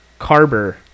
Carber